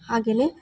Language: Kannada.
ಹಾಗೇನೆ